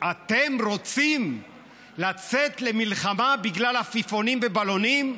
אתם רוצים לצאת למלחמה בגלל עפיפונים ובלונים?